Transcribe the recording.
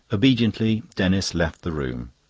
obediently denis left the room.